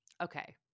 okay